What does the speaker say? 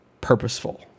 purposeful